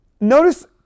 Notice